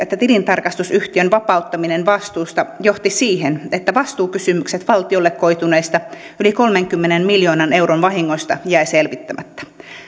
että tilintarkastusyhtiön vapauttaminen vastuusta johti siihen että vastuukysymykset valtiolle koituneista yli kolmenkymmenen miljoonan euron vahingoista jäivät selvittämättä